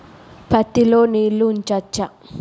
పత్తి లో నీళ్లు ఉంచచ్చా?